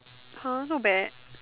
!huh! so bad